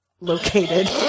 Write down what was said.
located